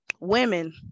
women